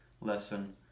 lesson